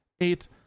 Eight